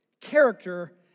Character